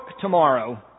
tomorrow